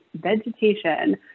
vegetation